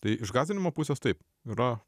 tai išgąsdinimo pusės taip yra